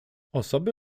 osoby